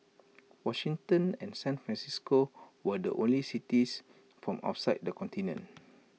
Washington and San Francisco were the only cities from outside the continent